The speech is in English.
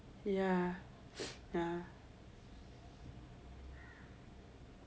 yeah yeah